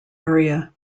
area